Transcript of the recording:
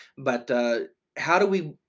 but how do we,